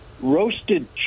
roasted